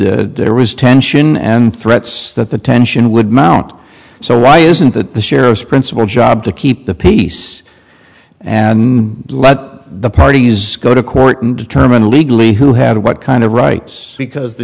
that there was tension and threats that the tension would mount so why isn't that the sheriff's principle job to keep the peace and let the parties go to court and determine legally who had what kind of rights because the